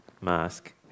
mask